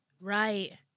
Right